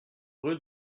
rue